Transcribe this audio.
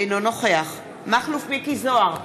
אינו נוכח מכלוף מיקי זוהר,